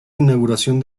inauguración